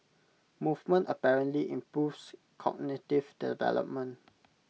movement apparently improves cognitive development